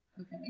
okay